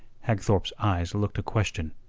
hagthorpe's eyes looked a question.